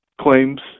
claims